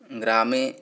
ग्रामे